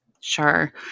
Sure